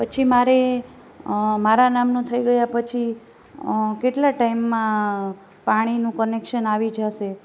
પછી મારે મારા નામનું થઈ ગયા પછી કેટલા ટાઈમમાં પાણીનું કનેક્શન આવી જશે